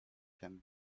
him